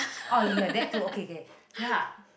oh ya ya ya that two okay okay ya